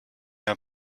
mehr